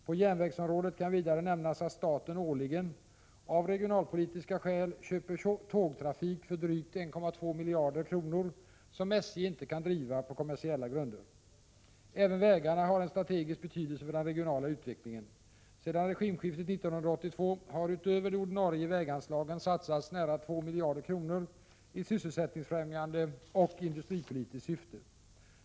På järnvägsområdet kan vidare nämnas att staten årligen, av regionalpolitiska skäl, köper tågtrafik för drygt 1,2 miljarder kronor som SJ inte kan driva på kommersiella grunder. Även vägarna har en strategisk betydelse för den regionala utvecklingen. Sedan regimskiftet 1982 har utöver de ordinarie väganslagen satsats nära 2 miljarder kronor i sysselsättningsfrämjande och industripolitiskt syfte.